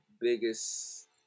biggest